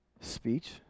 speech